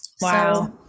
Wow